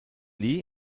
lee